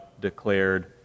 declared